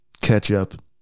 ketchup